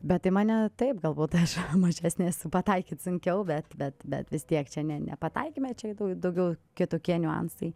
bet į mane taip galbūt aš mažesnė esu pataikyt sunkiau bet bet bet vis tiek čia ne ne ne pataikyme čia daugiau kitokie niuansai